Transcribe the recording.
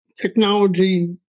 technology